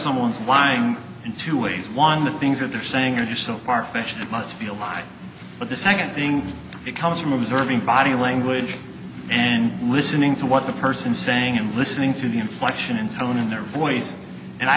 someone's lying in two ways one of the things that they're saying are so farfetched that must be a lie but the second thing it comes from observing body language and listening to what the person saying and listening to the inflection in tone in their voice and i